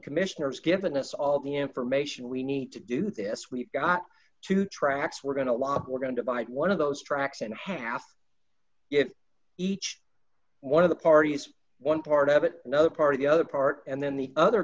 commissioner has given us all the information we need to do this we've got two tracks we're going to walk we're going to buy one of those tracks and half if each one of the parties one part of it another part of the other part and then the other